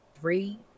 three